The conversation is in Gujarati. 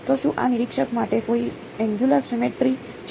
તો શું આ નિરીક્ષક માટે કોઈ એનગયુંલર સિમેટ્રી છે